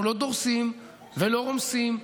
אנחנו לא דורסים ולא רומסים,